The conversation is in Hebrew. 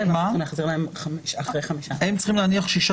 ואנחנו נחזיר להם אחרי חמישה ימים,